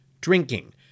drinking